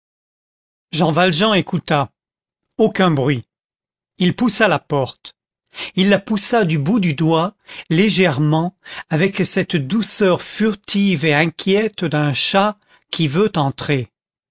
jean valjean écouta aucun bruit il poussa la porte il la poussa du bout du doigt légèrement avec cette douceur furtive et inquiète d'un chat qui veut entrer